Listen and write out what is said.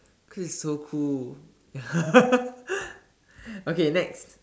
cause is so cool ya okay next